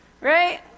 Right